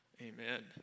Amen